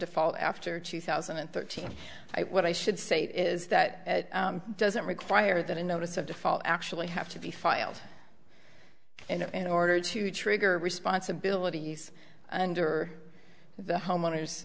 default after two thousand and thirteen what i should say is that doesn't require that a notice of default actually have to be filed in order to trigger responsibilities under the homeowners